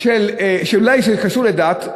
שאולי זה קשור לדת,